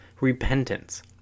repentance